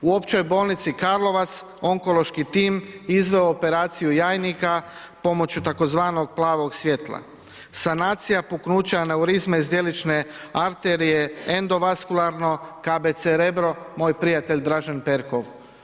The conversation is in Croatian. U Općoj bolnici Karlovac onkološki tim izveo operaciju jajnika pomoću tzv. plavog svjetla, sanacija puknuća aneurizme zdjelične arterije endovaskularno KBC Rebro moj prijatelj Dražen Perkov.